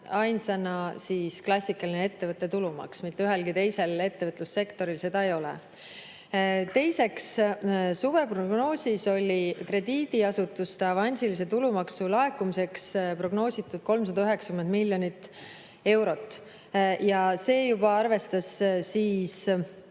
ainsana klassikaline ettevõtte tulumaks, mitte ühelgi teisel ettevõtlussektoris seda ei ole. Teiseks, suveprognoosis oli krediidiasutuste avansilise tulumaksu laekumiseks prognoositud 390 miljonit eurot ja see juba arvestas seda,